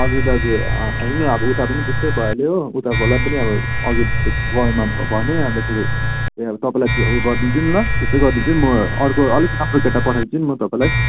हजुर दाजु हेर्नु न उतापनि त्यस्तै भइहाल्यो हो उताकोलाई पनि अघि प्वल कलमा भने अन्तखेरि तपाईँलाई त्यो गरिदिन्छु नि ल त्यसो गरिदिन्छु म अलिक राम्रो केटा फठाइदिन्छु नि म तपाईँलाई